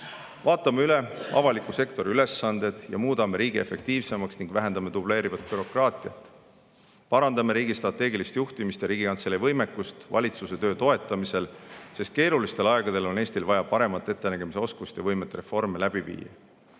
Vaatame üle avaliku sektori ülesanded, muudame riigi efektiivsemaks ning vähendame dubleerivat bürokraatiat. Parandame riigi strateegilist juhtimist ja Riigikantselei võimekust valitsuse töö toetamisel, sest keerulistel aegadel on Eestil vaja paremat ettenägemise oskust ja võimet reforme läbi viia.